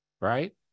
right